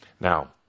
now